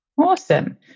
awesome